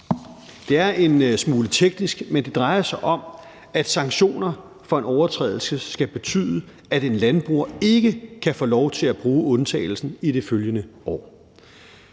Det er en smule teknisk, men det drejer sig om, at sanktioner for en overtrædelse skal betyde, at en landbruger ikke kan få lov til at bruge undtagelsen i det følgende år.